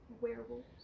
werewolves